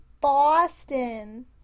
Boston